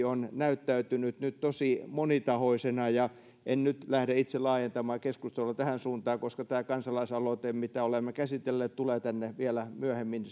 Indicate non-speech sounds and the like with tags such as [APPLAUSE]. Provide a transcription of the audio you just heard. [UNINTELLIGIBLE] on näyttäytynyt nyt tosi monitahoisena en nyt lähde itse laajentamaan keskustelua tähän suuntaan koska tämä kansalaisaloite mitä olemme käsitelleet tulee tänne vielä myöhemmin [UNINTELLIGIBLE]